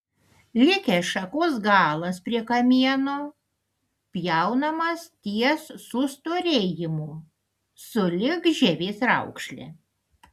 likęs šakos galas prie kamieno pjaunamas ties sustorėjimu sulig žievės raukšle